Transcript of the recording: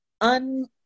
un